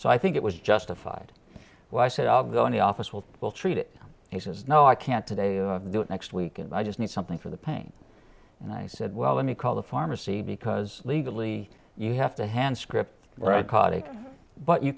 so i think it was justified when i said i'll go in the office will will treat it he says no i can't today do it next week and i just need something for the pain and i said well let me call the pharmacy because legally you have to hand script right katic but you